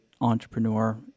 entrepreneur